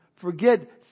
Forget